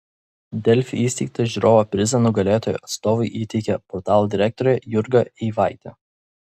delfi įsteigtą žiūrovo prizą nugalėtojo atstovui įteikė portalo direktorė jurga eivaitė